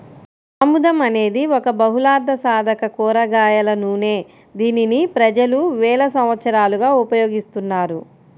ఆముదం అనేది ఒక బహుళార్ధసాధక కూరగాయల నూనె, దీనిని ప్రజలు వేల సంవత్సరాలుగా ఉపయోగిస్తున్నారు